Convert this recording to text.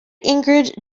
ingrid